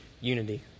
unity